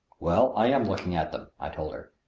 well, i am looking at them, i told her.